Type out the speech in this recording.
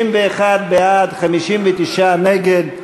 61 בעד, 59 נגד.